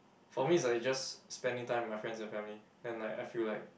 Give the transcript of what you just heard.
for me it's like just spending time with my friends and family and like I feel like